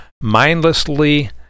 mindlessly